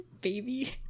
baby